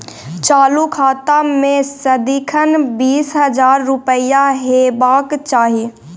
चालु खाता मे सदिखन बीस हजार रुपैया हेबाक चाही